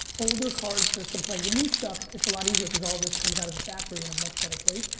older cards, there's some playing. the new stuff, it's a lot easier, cause all this comes out of the factory in a much better place.